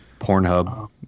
Pornhub